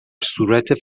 صورت